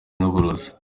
n’ubworozi